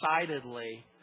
decidedly